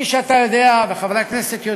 כפי שאתה יודע וחברי הכנסת יודעים,